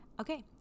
Okay